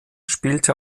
spielte